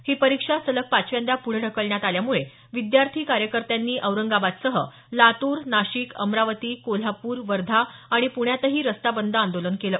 ही परीक्षा सलग पाचव्यांदा पुढं ढकलण्यात आल्यामुळे विद्यार्थी कार्यकर्त्यांनी औरंगाबादसह लातूर नाशिक अमरावती कोल्हापूर वर्धा आणि पुण्यातही रस्ता बंद आंदोलन केलं